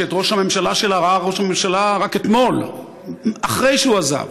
שאת ראש הממשלה שלה ראה ראש הממשלה רק אתמול אחרי שהוא עזב,